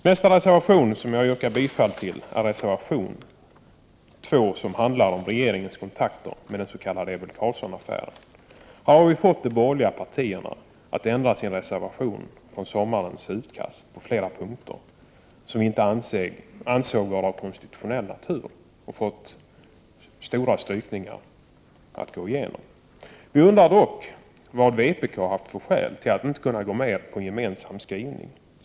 Nästa reservation som jag yrkar bifall till är reservation nr 2, som handlar om regeringens inblandning i den s.k. Ebbe Carlsson-affären. Här har vi fått de borgerliga partierna att på flera punkter ändra sin reservation från sommarens utkast. Vi ansåg att dessa punkter inte var av konstitutionell natur, och vi har därför lyckats genomdriva omfattande strykningar. Vi undrar dock vad vpk-ledamöterna haft för skäl till att inte kunna gå med på en gemensam skrivning.